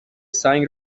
سنگ